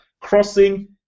crossing